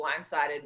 blindsided